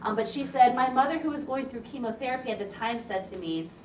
um but she said, my mother who was going through chemotherapy at the time said to me,